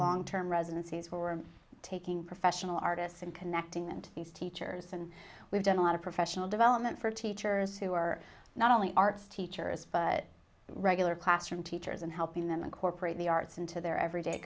long term residency is we're taking professional artists and connecting and these teachers and we've done a lot of professional development for teachers who are not only art teacher as regular classroom teachers and helping them incorporate the arts into their everyday